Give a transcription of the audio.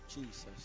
Jesus